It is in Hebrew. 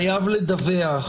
חייב לדווח